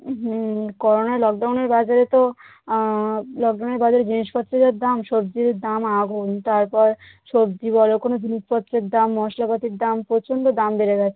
হুম corona লকডাউনের বাজারে তো লকডাউনের বাজারে জিনিসপত্রের যা দাম সবজির দাম আগুন তারপর সবজি বলো কোনো জিনিসপত্রের দাম মশলা পাতির দাম প্রচণ্ড দাম বেড়ে গেছে